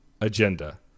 agenda